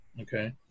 Okay